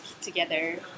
together